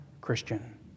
Christian